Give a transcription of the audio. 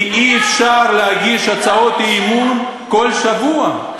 כי אי-אפשר להגיש הצעות אי-אמון כל שבוע.